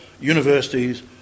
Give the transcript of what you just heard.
universities